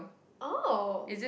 oh